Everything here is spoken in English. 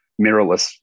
mirrorless